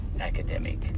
academic